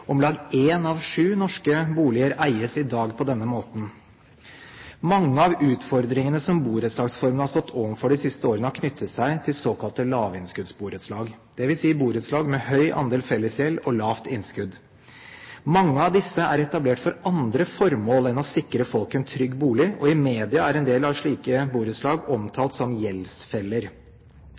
Om lag én av sju norske boliger eies i dag på denne måten. Mange av utfordringene som borettslagsformen har stått overfor de siste årene, har knyttet seg til såkalte lavinnskuddsborettslag, dvs. borettslag med høy andel fellesgjeld og lavt innskudd. Mange av disse er etablert for andre formål enn å sikre folk en trygg bolig, og i media er en del slike borettslag omtalt som gjeldsfeller.